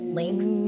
links